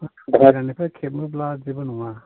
बाहेरानिफ्राय खेबोब्ला जेबो नङा